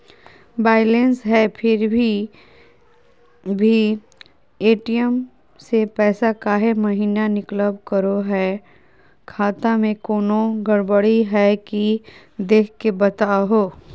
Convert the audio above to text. Balance है फिर भी भी ए.टी.एम से पैसा काहे महिना निकलब करो है, खाता में कोनो गड़बड़ी है की देख के बताहों?